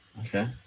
Okay